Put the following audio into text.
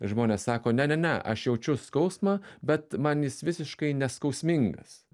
žmonės sako ne ne ne aš jaučiu skausmą bet man jis visiškai neskausmingas